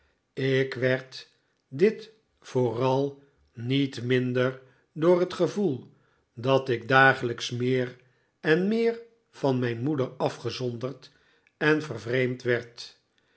ik werd dit vooral niet minder door het gevoel dat ik dagelijks meer eh meer van mijn moeder afgezonderd en vervreemd werd